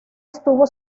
estuvo